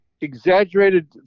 exaggerated